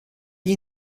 gli